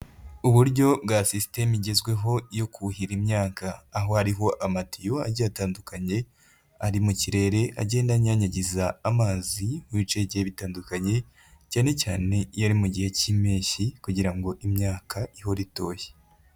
Uburyo bwa siysiteme igezweho yo kuhira imyaka, aho hariho amatiyo agiye atandukanye ari mu kirere agenda anyanyagiza amazi mu bice bigiye bitandukanye cyane cyane iyo ari mu gihe cy'impeshyi kugira ngo imyaka ihore itoshye.